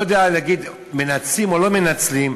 לא יודע להגיד מנצלים או לא מנצלים,